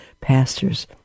pastors